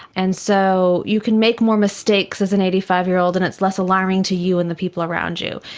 and so you can make more mistakes as an eighty five year old and it's less alarming to you and the people around you.